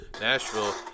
Nashville